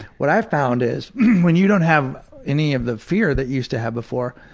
what i've found is when you don't have any of the fear that used to have before,